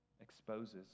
Exposes